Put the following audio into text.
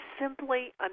simply